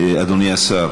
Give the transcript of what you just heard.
אדוני השר,